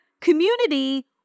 community